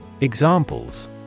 Examples